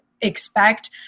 expect